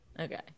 Okay